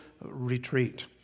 retreat